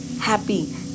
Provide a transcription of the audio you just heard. happy